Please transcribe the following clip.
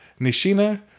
Nishina